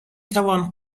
توان